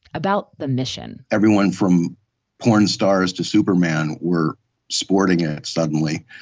about the mission everyone from porn stars to superman were sporting it suddenly,